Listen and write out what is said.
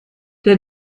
der